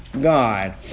God